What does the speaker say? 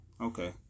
Okay